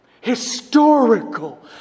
historical